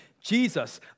Jesus